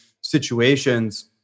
situations